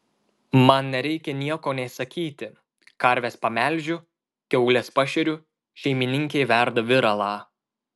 man nereikia nieko nė sakyti karves pamelžiu kiaules pašeriu šeimininkė verda viralą